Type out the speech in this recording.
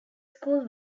school